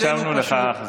הקשבנו לך.